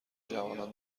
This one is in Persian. جوانان